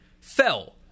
fell